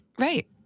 right